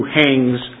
hangs